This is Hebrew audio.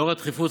ולאור הדחיפות,